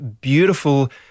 beautiful